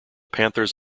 panthers